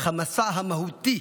אך המסע המהותי,